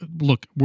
look